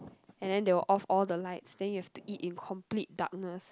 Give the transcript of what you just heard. and then they will off all the lights then you have to eat in complete darkness